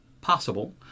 possible